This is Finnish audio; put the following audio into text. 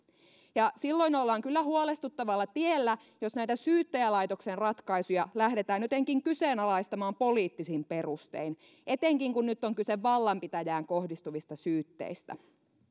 ja silloin ollaan kyllä huolestuttavalla tiellä jos näitä syyttäjälaitoksen ratkaisuja lähdetään jotenkin kyseenalaistamaan poliittisin perustein etenkin kun nyt on kyse vallanpitäjään kohdistuvista syytteistä